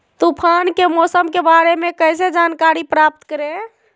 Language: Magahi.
तूफान के मौसम के बारे में कैसे जानकारी प्राप्त करें?